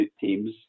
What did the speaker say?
teams